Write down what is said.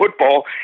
football